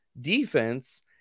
defense